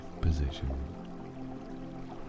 position